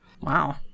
Wow